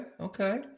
Okay